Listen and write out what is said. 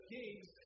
kings